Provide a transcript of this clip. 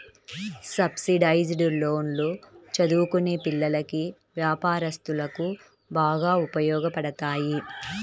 subsidised లోన్లు చదువుకునే పిల్లలకి, వ్యాపారస్తులకు బాగా ఉపయోగపడతాయి